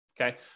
Okay